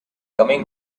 coming